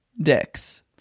dicks